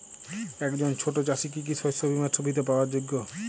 একজন ছোট চাষি কি কি শস্য বিমার সুবিধা পাওয়ার যোগ্য?